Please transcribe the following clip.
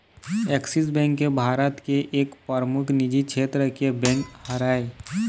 Axis bank Bharat के एक परमुख निजी छेत्र के बेंक हरय